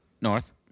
North